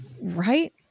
Right